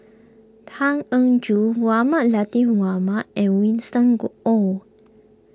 Tan Eng Joo Mohamed Latiff Mohamed and Winston go Oh